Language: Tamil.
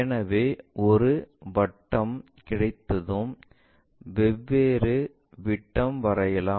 எனவே ஒரு வட்டம் கிடைத்ததும் வெவ்வேறு விட்டம் வரையலாம்